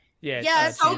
Yes